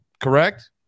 correct